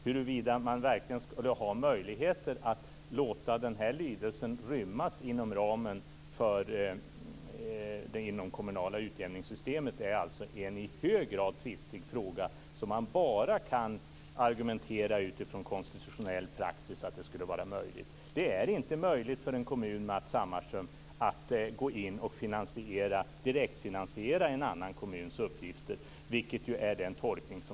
Huruvida det verkligen finns möjligheter att låta den lydelsen rymmas inom ramen för det inomkommunala utjämningssystemet är en i hög grad tvistig fråga som man bara kan argumentera utifrån konstitutionell praxis. Det är inte möjligt för en kommun, Matz Hammarström, att gå in och direktfinansiera en annan kommuns uppgifter, vilket är den tolkning som